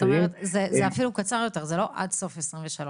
זאת אומרת, זה אפילו קצר יותר, זה לא עד סוף 2023?